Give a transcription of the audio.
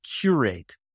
curate